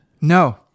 No